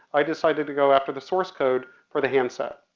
i decided to go after the source code for the handset.